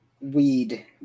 Weed